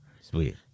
Sweet